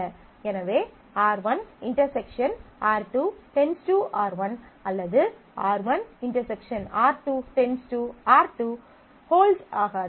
எனவே R1∩ R2 → R1 அல்லது R1 ∩ R2 → R2 holds ஆகாது